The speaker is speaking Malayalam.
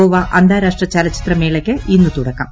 ഗോവ അന്താരാഷ്ട്ര ചലച്ചിത്ര മേളയ്ക്ക് ഇന്ന് തുടക്കം